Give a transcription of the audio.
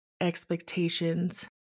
expectations